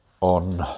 on